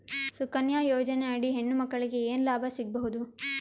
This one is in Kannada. ಸುಕನ್ಯಾ ಯೋಜನೆ ಅಡಿ ಹೆಣ್ಣು ಮಕ್ಕಳಿಗೆ ಏನ ಲಾಭ ಸಿಗಬಹುದು?